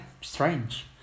strange